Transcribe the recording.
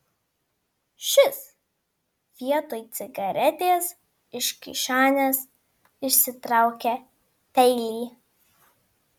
šis vietoj cigaretės iš kišenės išsitraukė peilį